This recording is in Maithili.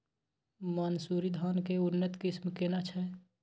मानसुरी धान के उन्नत किस्म केना छै?